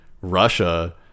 Russia